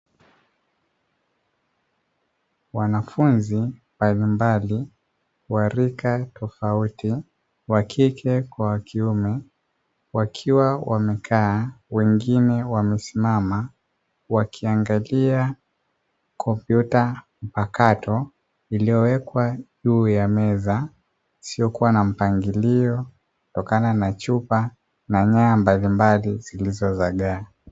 Wanafunzi mbalimbali wa rika tofauti wa kike kwa wa kiume, wakiwa wamekaa wengine wamesimama, wakiangalia kompyuta mpakato iliyowekwa juu ya meza isiyokua na mpangilio, kutokana na chupa na nyaya mbalimbali zilizo zagaa.